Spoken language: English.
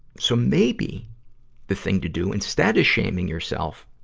so maybe the thing to do, instead of shaming yourself,